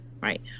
right